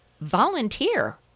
volunteer